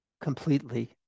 completely